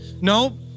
no